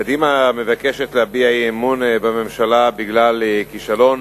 קדימה מבקשת להביע אי-אמון בממשלה בגלל כישלון